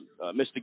Mr